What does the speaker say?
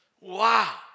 Wow